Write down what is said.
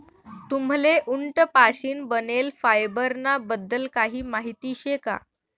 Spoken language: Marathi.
तुम्हले उंट पाशीन बनेल फायबर ना बद्दल काही माहिती शे का?